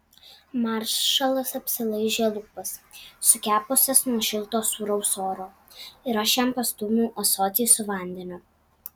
maršalas apsilaižė lūpas sukepusias nuo šilto sūraus oro ir aš jam pastūmiau ąsotį su vandeniu